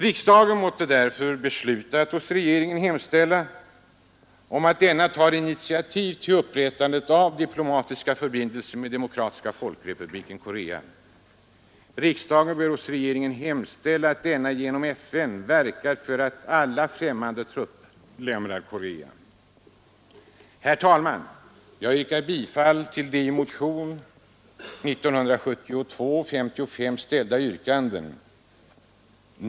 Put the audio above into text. Riksdagen bör därför besluta att hos regeringen hemställa om att denna tar initiativ till upprättande av diplomatiska förbindelser med Demokratiska folkrepubliken Korea. Riksdagen bör också hos regeringen hemställa att denna genom FN verkar för att alla främmande trupper lämnar Korea. Herr talman! Jag yrkar bifall till de i motionen 1972:55 ställda yrkandena.